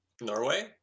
Norway